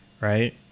Right